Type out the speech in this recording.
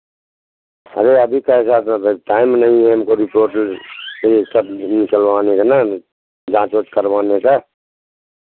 अरे अभी टाइम नहीं है हमको रिपोर्ट निकलवाने का ना जाँच ऊँच करवाने का